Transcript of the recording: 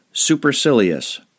supercilious